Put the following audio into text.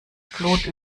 fleisch